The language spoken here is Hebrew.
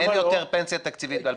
לא, אין יותר פנסיה תקציבית ב-2020.